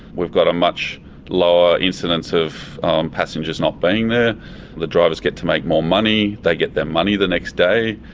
we've got a much lower incidence of passengers not being there, the the drivers get to make more money, they get their money the next day.